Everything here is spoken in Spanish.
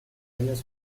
años